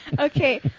Okay